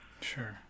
Sure